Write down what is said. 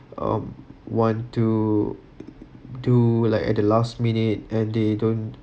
um want to do at like the last minute and they don't